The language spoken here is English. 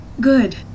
Good